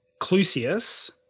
Clusius